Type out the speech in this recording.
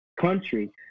country